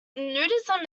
nudism